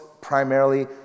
primarily